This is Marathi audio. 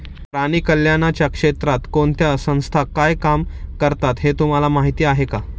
प्राणी कल्याणाच्या क्षेत्रात कोणत्या संस्था काय काम करतात हे तुम्हाला माहीत आहे का?